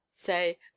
Say